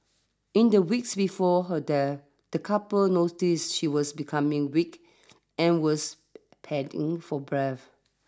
in the weeks before her death the couple noticed she was becoming weak and was panting for breath